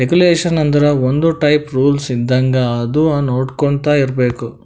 regulation ಆಂದುರ್ ಒಂದ್ type rules ಇದ್ದಂಗ ಅದು ನೊಡ್ಕೊಂತಾ ಇರ್ಬೇಕ್